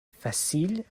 faciles